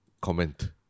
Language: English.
comment